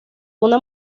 una